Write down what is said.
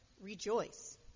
rejoice